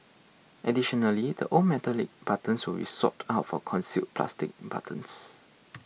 additionally the old metallic buttons will be swapped out for concealed plastic buttons